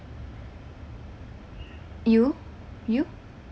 you you